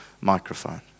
microphone